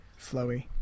flowy